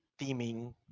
theming